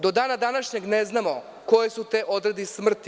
Do dana današnjeg ne znamo koji su ti odredi smrti.